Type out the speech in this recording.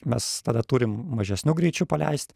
mes tada turim mažesniu greičiu paleist